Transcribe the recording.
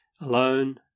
alone